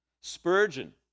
Spurgeon